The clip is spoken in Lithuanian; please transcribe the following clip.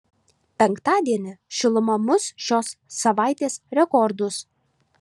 penktadienį šiluma muš šios savaitės rekordus